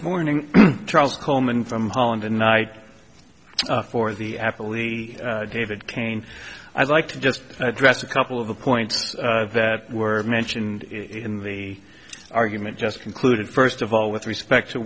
morning charles coleman from holland a night for the apple e david kane i'd like to just address a couple of the points that were mentioned in the argument just concluded first of all with respect to